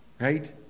right